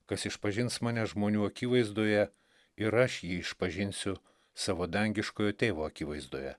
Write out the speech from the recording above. kas išpažins mane žmonių akivaizdoje ir aš jį išpažinsiu savo dangiškojo tėvo akivaizdoje